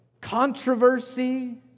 controversy